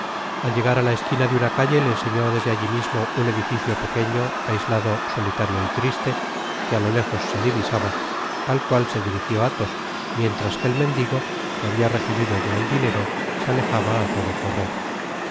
al llegar á la esquina de una calle le enseñó desde alli mismo un edificio pequeño aislado solitario y triste que á lo lejos se divisaba al cual se dirigió alhos mientras que el mendigo que habia recibido ya el dinero se alejaba á todo correr